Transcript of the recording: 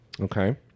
Okay